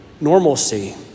normalcy